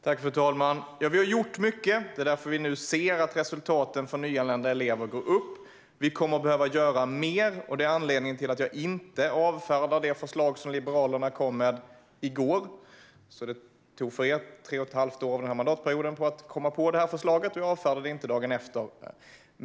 Fru talman! Vi har gjort mycket. Det är därför vi nu ser att resultaten för nyanlända elever går upp. Vi kommer att behöva göra mer, och det är anledningen till att jag inte avfärdar det förslag Liberalerna kom med i går. Det tog alltså tre och ett halvt år av den här mandatperioden för er att komma på det här förslaget, Christer Nylander, och jag avfärdar det inte dagen efter.